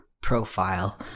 profile